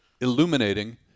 illuminating